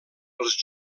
pels